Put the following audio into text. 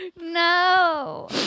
no